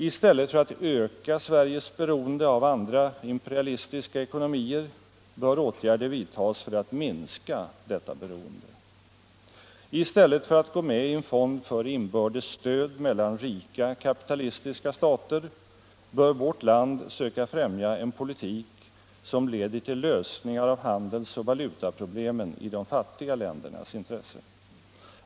I stället för att öka Sveriges beroende av andra imperialistiska ekonomier bör åtgärder vidtagas för att minska detta beroende. I stället för att gå med i en fond för inbördes stöd mellan rika kapitalistiska stater bör vårt land söka främja en politik som leder till lösningar av handelsoch valutaproblemen i de fattiga ländernas intresse.